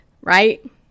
Right